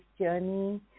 journey